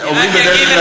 אומרים בדרך כלל,